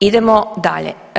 Idemo dalje.